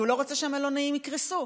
כי הוא לא רוצה שהמלונאים יקרסו.